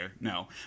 No